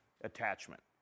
attachment